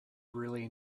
really